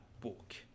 book